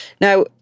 Now